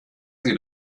sie